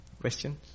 Questions